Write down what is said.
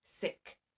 sick